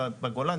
בגולן,